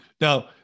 Now